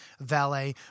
valet